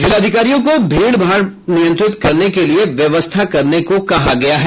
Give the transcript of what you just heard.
जिलाधिकारियों को भीड़ भाड़ नियंत्रित करने क लिए व्यवस्था करने को कहा गया है